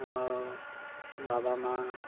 ଆମର ବାବା ମାଆ